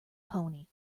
pony